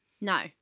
No